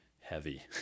heavy